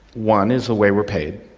one is the way we are paid.